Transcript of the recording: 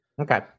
Okay